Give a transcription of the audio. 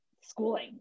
schooling